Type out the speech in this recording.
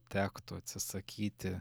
tektų atsisakyti